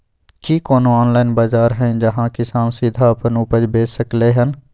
की कोनो ऑनलाइन बाजार हय जहां किसान सीधा अपन उपज बेच सकलय हन?